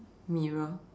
mirror